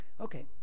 Okay